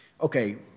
Okay